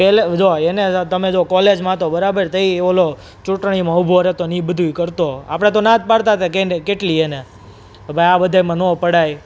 પેલે જો એને તમે જો કોલેજમાં હતો બરાબર ત્યાં ઓલો ચૂંટણીમાં ઊભો રેતો ને એ બધુંય કરતો આપણે તો ના જ પાડતા હતા કે એને કેટલી એને કે ભાઈ આ બધાયમાં ન પડાય